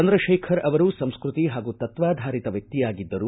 ಚಂದ್ರಶೇಖರ್ ಅವರು ಸಂಸ್ಕೃತಿ ಹಾಗೂ ತತ್ವಾಧಾರಿತ ವ್ಯಕ್ತಿಯಾಗಿದ್ದರು